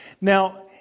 Now